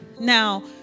Now